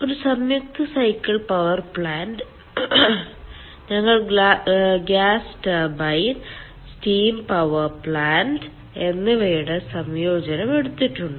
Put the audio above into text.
ഒരു സംയുക്ത cycle power plant ഞങ്ങൾ gas turbine steam power plant എന്നിവയുടെ സംയോജനം എടുത്തിട്ടുണ്ട്